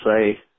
say